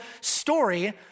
story